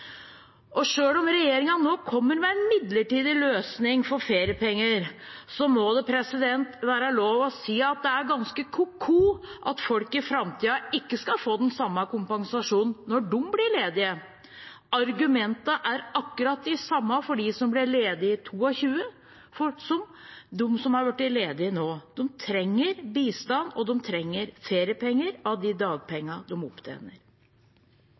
om regjeringen nå kommer med en midlertidig løsning for feriepenger, må det være lov til å si at det er ganske ko-ko at folk i framtiden ikke skal få den samme kompensasjonen når de blir ledige. Argumentene er akkurat de samme for dem som blir ledige i 2022, som for dem som har blitt ledige nå. De trenger bistand, og de trenger feriepenger av de dagpengene de opptjener.